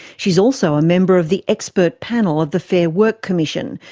she is also a member of the expert panel of the fair work commission,